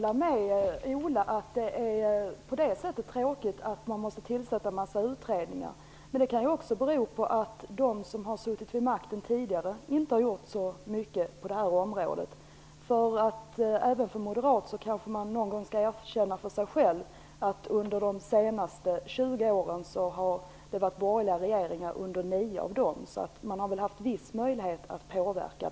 Fru talman! Jag kan hålla med om att det är tråkigt att man måste tillsätta en massa utredningar. Men det kan ju också bero på att de som har suttit vid makten tidigare inte har gjort så mycket på det området. Även en moderat borde kanske någon gång erkänna för sig själv att det under de senaste 20 åren har varit borgerliga regeringar under 9 år. Så man har haft en viss möjlighet att påverka.